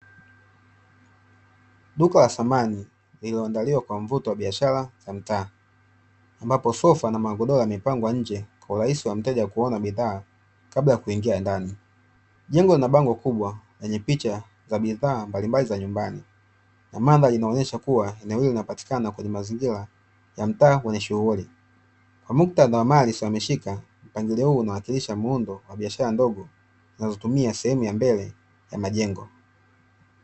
Duka la samani lililoandaliwa kwa mvuto wa biashara za mtaa ambapo sofa na magodoro yamepangwa nje kwa urahisi wa mteja kuona bidhaa kabla ya kuingia ndani. Jengo linabango kubwa lenye picha za bidhaa mbalimbali za nyumbani na mandhari inaonyesha kuwa eneo hilo linapatikana kwenye mazingira ya mtaa wenye shughuli, kwa muktadha wa mali isiyoamishika mpangilio huu unawakilisha muundo wa biashara ndogo zinazotumia sehemu ya mbele ya majengo.